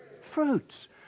fruits